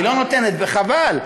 היא לא נותנת, וחבל.